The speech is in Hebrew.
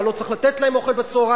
לא צריך לתת להם אוכל בצהריים?